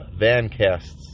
vancasts